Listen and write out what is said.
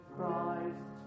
Christ